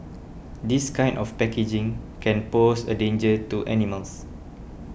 this kind of packaging can pose a danger to animals